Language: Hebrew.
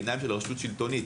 בעיניים של רשות שלטונית.